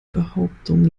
behauptung